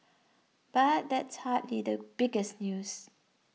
but that's hard little biggest news